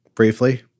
Briefly